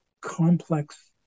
complex